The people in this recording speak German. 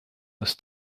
das